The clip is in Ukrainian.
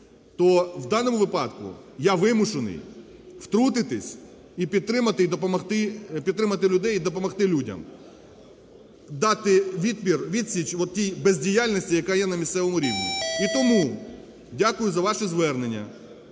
то в даному випадку я вимушений втрутитись і підтримати, і допомогти, підтримати людей і допомогти людям. Дати відсіч отій бездіяльності, яка є на місцевому рівні. І тому дякую за ваші звернення.